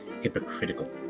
hypocritical